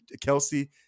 Kelsey